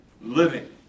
living